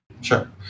Sure